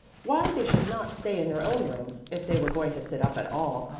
why they should not stay in their own rooms, if they were going to sit up at all.